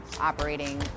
operating